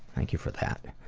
thank you for that.